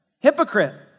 Hypocrite